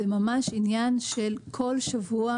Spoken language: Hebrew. שזה ממש עניין של פגישות בכל שבוע,